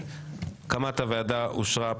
הצבעה אושר.